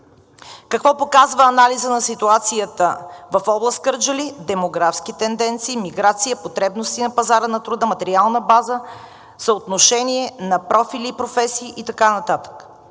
Какво показва анализът на ситуацията в област Кърджали – демографски тенденции, миграция, потребности на пазара на труда, материална база, съотношение на профили и професии и така